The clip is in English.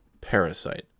Parasite